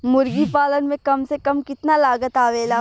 मुर्गी पालन में कम से कम कितना लागत आवेला?